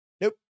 Nope